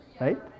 right